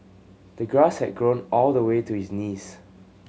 the grass had grown all the way to his knees